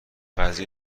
قضیه